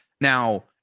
Now